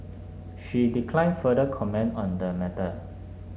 she declined further comment on the matter